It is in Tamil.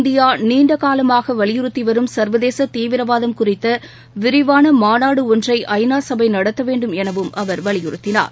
இந்தியா நீண்டகாலமாக வலியுறுத்தி வரும் சர்வதேச தீவிரவாதம் குறித்த விரிவான மாநாடு ஒன்றை ஐநா சபை நடத்த வேண்டும் எனவும் அவர் வலியுறுத்தினார்